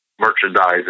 merchandise